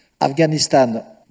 Afghanistan